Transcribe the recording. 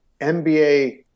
NBA